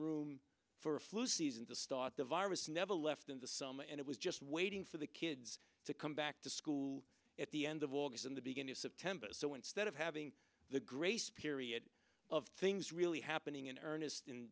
room for flu season to start the virus never left in the summer and it was just waiting for the kids to come back to school at the end of august and the beginning of september so instead of having the grace period of things really happening in earnest in